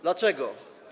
Dlaczego?